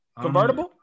Convertible